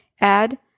add